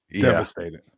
Devastated